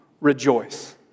rejoice